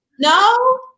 No